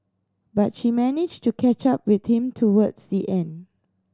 but she managed to catch up with him towards the end